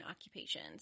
occupations